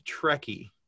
Trekkie